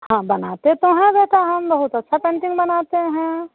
हाँ बनाते तो हैं बेटा हम बहुत अच्छा पेंटिंग बनाते हैं